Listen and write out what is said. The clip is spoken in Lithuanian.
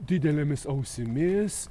didelėmis ausimis